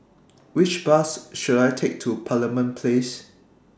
Which Bus should I Take to Parliament Place